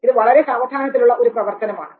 ഇത് വളരെ സാവധാനത്തിലുള്ള ഒരു പ്രവർത്തനമാണ്